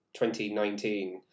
2019